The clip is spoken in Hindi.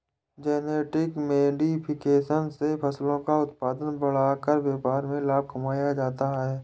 जेनेटिक मोडिफिकेशन से फसलों का उत्पादन बढ़ाकर व्यापार में लाभ कमाया जाता है